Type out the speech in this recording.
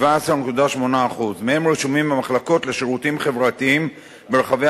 17.8% מהם רשומים במחלקות לשירותים חברתיים ברחבי